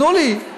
תנו לי.